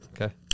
okay